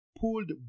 pulled